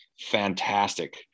fantastic